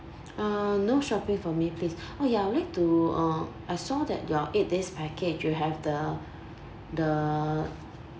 uh no shopping for me please oh ya I would like to uh I saw that your eight days package you have the the